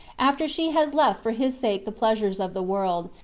after she has left for his sake the pleasures of the world,